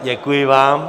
Děkuji vám.